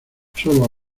sólo